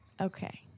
Okay